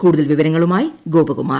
കൂടുതൽ വിവരങ്ങളുമായി ഗോപകുമാർ